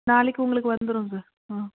நாளைக்கு உங்களுக்கு வந்துடும் சார் ம்